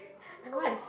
what